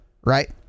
right